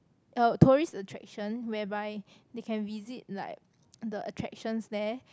uh tourist attraction whereby they can visit like the attractions there